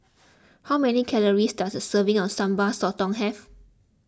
how many calories does a serving of Sambal Sotong have